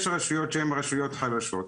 יש רשויות שהן רשויות חלשות,